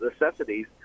necessities